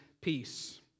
peace